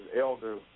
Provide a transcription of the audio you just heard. elder